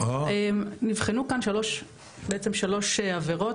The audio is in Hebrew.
נבחנו כאן בעצם שלוש עבירות,